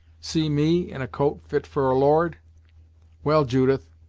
see me in a coat fit for a lord well, judith,